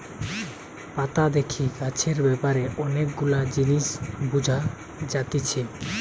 পাতা দেখে গাছের ব্যাপারে অনেক গুলা জিনিস বুঝা যাতিছে